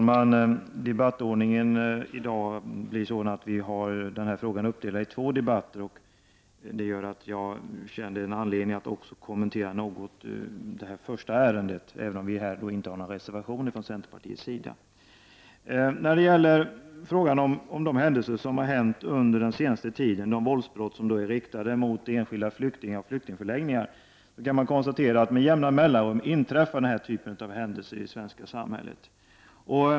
Herr talman! Den här frågan är uppdelad i två debatter, och debattordningen blir därefter. Jag känner anledning att kommentera något även detta första ärende, även om vi från centern inte har någon reservation där. Beträffande händelserna den senaste tiden, de våldsbrott som är riktade mot enskilda flyktingar och flyktingförläggningar, kan man konstatera att den här typen av händelser inträffar i det svenska samhället med jämna mellanrum.